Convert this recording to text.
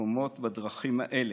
מקומות בדרכים האלה.